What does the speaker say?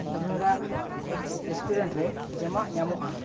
ᱠᱟᱹᱢᱤ ᱦᱚᱨᱟ ᱮᱠᱥ ᱨᱮᱥᱴᱩᱨᱮᱱ ᱨᱮ ᱡᱚᱢᱟᱜ ᱧᱟᱢᱚᱜᱼᱟ